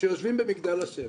שיושבים במגדל השן